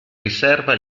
riserva